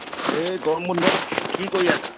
এই গৰম বন্ধত কি কৰি আছা